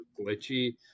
glitchy